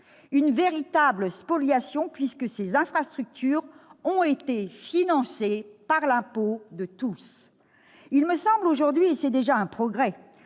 d'une véritable spoliation puisque ces infrastructures ont été financées par l'impôt de tous. Il me semble aujourd'hui- et c'est déjà un progrès